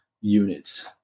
units